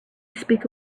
speak